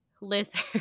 lizard